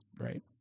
Right